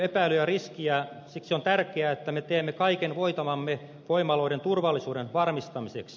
siksi on tärkeää että me teemme kaiken voitavamme voimaloiden turvallisuuden varmistamiseksi